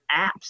apps